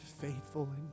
faithful